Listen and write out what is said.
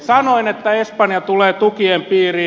sanoin että espanja tulee tukien piiriin